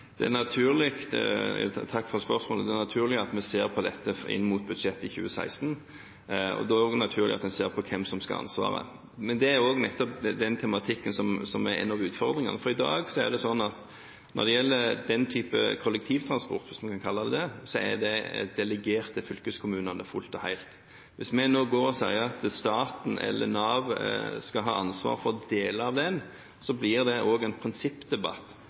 Takk for spørsmålet. Det er naturlig at vi ser på dette i forbindelse med budsjettet for 2016. Da er det også naturlig at man ser på hvem som skal ha ansvaret. Men nettopp den tematikken er en av utfordringene, for i dag er den typen kollektivtransport, hvis man kan kalle det det, delegert til fylkeskommunene fullt og helt. Hvis vi nå sier at staten eller Nav skal ha ansvaret for deler av det, blir det også en prinsippdebatt,